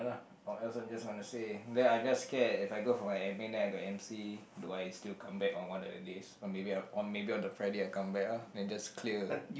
or else I'm just gonna say then I just scared if I go for my admin then I got M_C do I still come back on one of the days or maybe or maybe on the Friday I come back ah then just clear